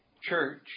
church